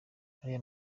ariya